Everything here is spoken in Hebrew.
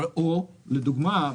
או לדוגמה,